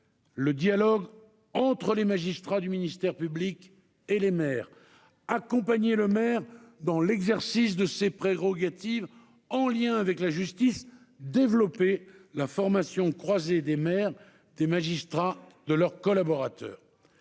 le dialogue entre les magistrats du ministère public et les maires ; accompagner le maire dans l'exercice de ses prérogatives en lien avec la justice ; enfin, développer la formation croisée des maires, des magistrats et de leurs collaborateurs.